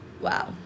Wow